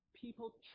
people